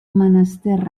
menester